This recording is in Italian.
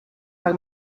per